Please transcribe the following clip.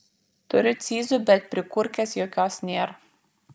turiu cyzų bet prikurkės jokios nėr